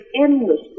endless